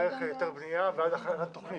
דרך היתר בנייה ועד תוכנית.